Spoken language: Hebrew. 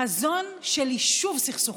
חזון של יישוב סכסוכים,